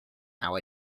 how